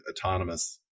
autonomous